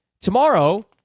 Tomorrow